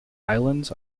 islands